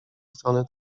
strony